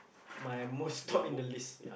my most top in the list